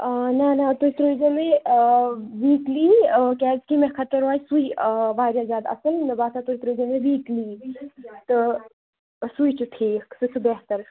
اۭں نا نا تُہۍ رٲیزیٚو مےٚ ویٖکلی کیازِ کہ مےٚ خٲطر روزِ سُۍ واریاہ زیادٕ اصٕل مےٚ باسان تُہۍ رٲیزیٚو مےٚ ویٖکلِیی تہٕ سُے چھُ ٹھیٖک سُہ چھُ بہتَر